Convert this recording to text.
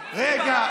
רגע,